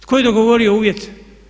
Tko je dogovorio uvjete?